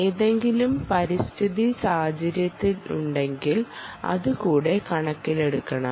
ഏതെങ്കിലും പരിസ്ഥിതി സാഹചര്യങ്ങളുണ്ടെങ്കിൽ അത് കൂടെ കണക്കിലെടുക്കണം